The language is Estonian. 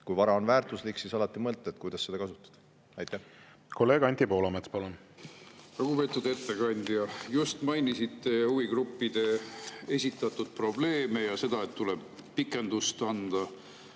kui vara on väärtuslik, siis alati mõtled, kuidas seda kasutada. Kolleeg Anti Poolamets, palun! Lugupeetud ettekandja! Just mainisite huvigruppide [tõstatatud] probleeme ja seda, et tuleb pikendust anda.